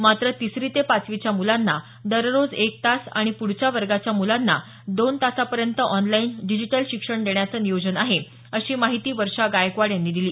मात्र तिसरी ते पाचवीच्या मुलांना दररोज एक तास आणि पुढच्या वर्गाच्या मुलांना दोन तासांपर्यंत ऑनलाईन डिजिटल शिक्षण देण्याचं नियोजन आहे अशी माहिती वर्षा गायकवाड यांनी दिली